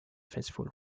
faithful